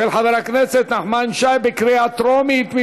של חבר הכנסת נחמן שי, בקריאה טרומית.